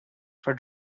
for